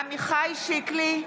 עמיחי שיקלי,